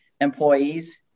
employees